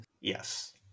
Yes